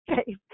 okay